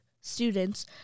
students